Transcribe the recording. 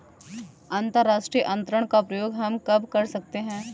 अंतर्राष्ट्रीय अंतरण का प्रयोग हम कब कर सकते हैं?